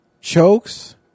chokes